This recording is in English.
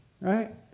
Right